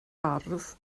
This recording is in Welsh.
ardd